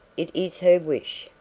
it is her wish,